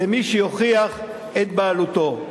למי שיוכיח את בעלותו.